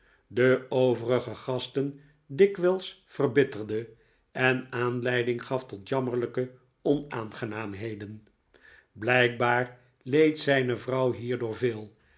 de overige gasten dikwijls verbitterde en aanleiding gaf tot jammerlijke onaangenaamheden blijkbaar leed zijne vrouw hierdoor veel